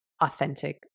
authentic